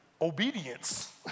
Obedience